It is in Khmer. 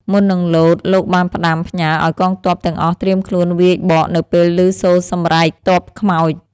មុននឹងលោត លោកបានផ្ដាំផ្ញើឱ្យកងទ័ពទាំងអស់ត្រៀមខ្លួនវាយបកនៅពេលឮសូរសម្រែកទ័ពខ្មោច។